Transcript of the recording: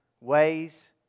ways